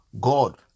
god